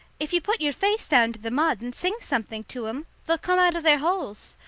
if you put your face down to the mud and sing something to em, they'll come out of their holes.